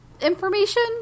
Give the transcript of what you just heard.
information